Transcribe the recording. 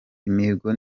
imihigo